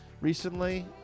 recently